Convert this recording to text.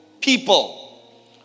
people